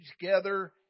together